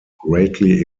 greatly